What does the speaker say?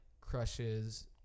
crushes